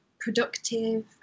productive